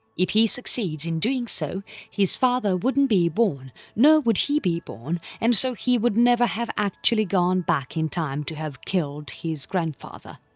if he succeeds in doing so his father wouldn't be born nor would he be born and so he would never have actually gone back in time to have killed his grandfather.